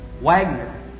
Wagner